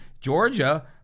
Georgia